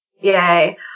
Yay